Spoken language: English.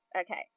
Okay